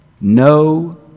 No